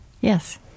yes